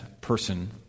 person